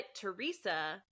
Teresa